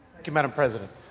thank you, madam president.